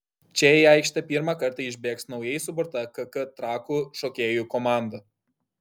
čia į aikštę pirmą kartą išbėgs naujai suburta kk trakų šokėjų komanda